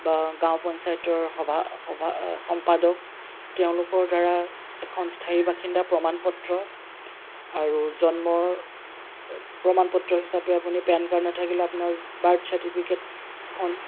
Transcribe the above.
বা গাঁও পঞ্চায়তৰ সভা সভা সম্পাদক তেওঁলোকৰ দ্বাৰা এখন স্থায়ী বাসিন্দা প্ৰমাণ পত্ৰ আৰু জন্মৰ প্ৰমাণ পত্ৰ হিচাপে আপুনি পেন কাৰ্ড নাথাকিলে আপোনাৰ বাৰ্থ চাৰ্টিফিকেটখন